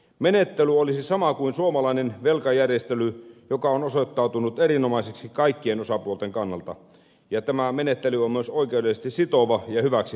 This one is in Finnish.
menettely olisi sama kuin suomalainen velkajärjestely joka on osoittautunut erinomaiseksi kaikkien osapuolten kannalta ja tämä menettely on myös oikeudellisesti sitova ja hyväksi havaittu